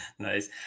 Nice